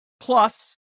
Plus